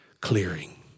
clearing